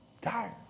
Tired